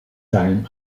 time